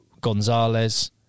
Gonzalez